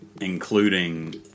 including